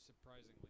surprisingly